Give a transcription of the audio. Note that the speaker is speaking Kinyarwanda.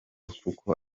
kuko